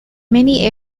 many